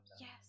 yes